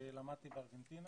למדתי בארגנטינה,